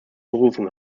berufung